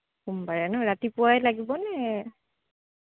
সোমবাৰে ন ৰাতিপুৱাই লাগিব নে